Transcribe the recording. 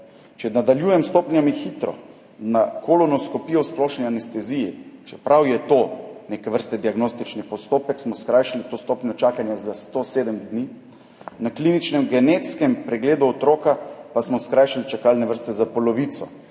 Če nadaljujem s stopnjami hitro. Za kolonoskopijo v splošni anesteziji, čeprav je to neke vrste diagnostični postopek, smo skrajšali to stopnjo čakanja za 107 dni, na kliničnem genetskem pregledu otroka pa smo skrajšali čakalne vrste za polovico.